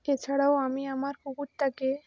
এছাড়াও আমি আমার কুকুরটাকে